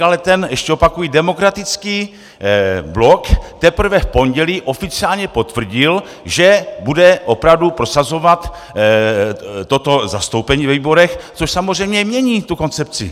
Ale ještě opakuji, Demokratický blok teprve v pondělí oficiálně potvrdil, že bude opravdu prosazovat toto zastoupení ve výborech, což samozřejmě mění tu koncepci.